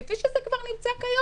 כפי שזה כבר נמצא כיום,